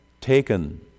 taken